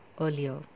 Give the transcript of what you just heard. earlier